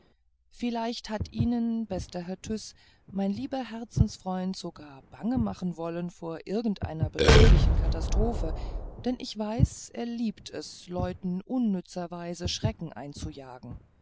vielleicht hat ihnen bester herr tyß mein lieber herzensfreund sogar bange machen wollen vor irgendeiner bedrohlichen katastrophe denn ich weiß er liebt es leuten unnützerweise schrecken einzujagen